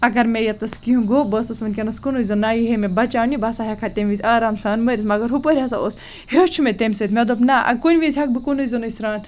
اگر مےٚ ییٚتَس کینٛہہ گوٚو بہٕ ٲسٕس وِنکیٚنس کُنی زٔنۍ نہِ ییٖہہ مےٚ بَچاونہِ بہٕ ہَسا ہیٚکہٕ ہا تمہِ وِز آرام سان مٔرِتھ مگر ہُپٲر ہَسا اوس ہیٚوچھ مےٚ تمہ سۭتۍ مےٚ دوٚپ نہَ کُنہِ وِز ہیٚکہِ بہٕ کُنٕے زۄنٕے سران